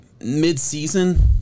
mid-season